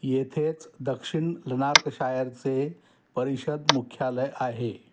येथेच दक्षिण लनार्कशायरचे परिषद मुख्यालय आहे